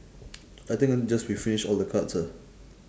I think uh just we finish all the cards ah